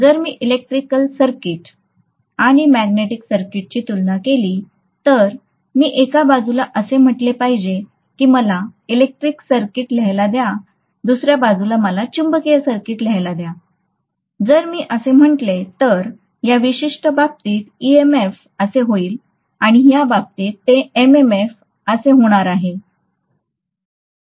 जर मी electric circuit आणि मॅग्नेटिक सर्किटची तुलना केली तर मी एका बाजूला असे म्हटले पाहिजे की मला इलेक्ट्रिक सर्किट लिहायला द्या दुसर्या बाजूला मला चुंबकीय सर्किट लिहायला द्या जर मी असे म्हटले तर या विशिष्ट बाबतीत EMF असे होईल या बाबतीत ते MMF होणार आहे